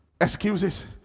Excuses